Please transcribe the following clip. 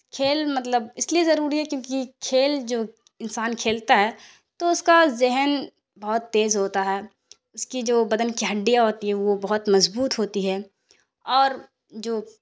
کھیل مطلب اس لیے ضروری ہے کیونکہ کھیل جو انسان کھیلتا ہے تو اس کا ذہن بہت تیز ہوتا ہے اس کی جو بدن کی ہڈیاں ہوتی ہیں وہ بہت مضبوط ہوتی ہیں اور جو